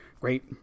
great